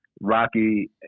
Rocky